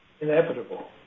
inevitable